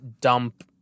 dump